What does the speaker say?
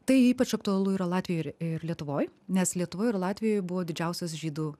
tai ypač aktualu yra latvijoj ir ir lietuvoj nes lietuvoj ir latvijoj buvo didžiausios žydų